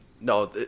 no